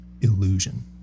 Illusion